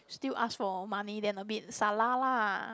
still ask for money then a bit salah lah